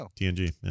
TNG